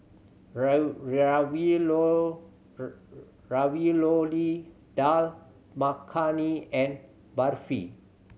Ravioli Dal Makhani and Barfi